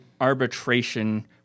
arbitration